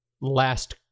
last